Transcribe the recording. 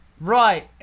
Right